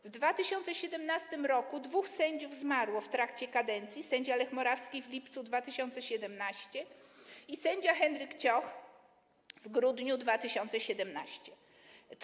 W 2017 r. dwóch sędziów zmarło w trakcie kadencji - sędzia Lech Morawski w lipcu 2017 r. i sędzia Henryk Cioch w grudniu 2017 r.